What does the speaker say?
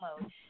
mode